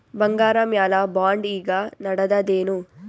ಬಂಗಾರ ಮ್ಯಾಲ ಬಾಂಡ್ ಈಗ ನಡದದೇನು?